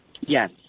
Yes